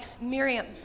Miriam